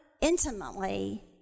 intimately